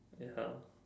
ya